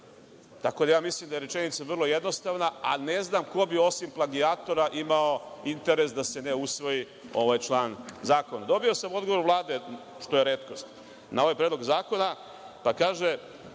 Tako da, ja mislim da je rečenica vrlo jednostavna, a ne znam ko bi osim plagijatora imao interes da se ne usvoji ovaj član zakona. Dobio sam odgovor Vlade, što je retkost, na ovaj predlog zakona. Pa, kaže